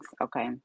okay